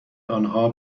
آنها